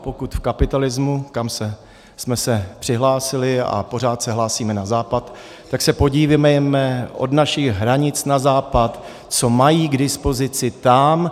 Pokud v kapitalismu, kam jsme se přihlásili a pořád se hlásíme, na Západ, tak se podívejme od našich hranic na západ, co mají k dispozici tam.